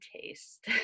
taste